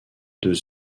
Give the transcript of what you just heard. deux